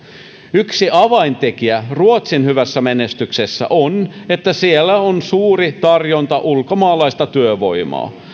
yksi avaintekijä ruotsin hyvässä menestyksessä on että siellä on suuri tarjonta ulkomaalaista työvoimaa